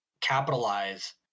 capitalize